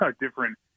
different